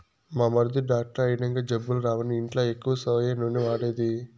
మా మరిది డాక్టర్ అయినంక జబ్బులు రావని ఇంట్ల ఎక్కువ సోయా నూనె వాడేది